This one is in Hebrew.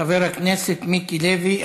חבר הכנסת מיקי לוי,